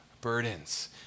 burdens